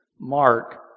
Mark